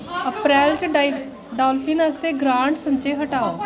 अप्रैल च डाल्फिन आस्तै ग्रांट संचय हटाओ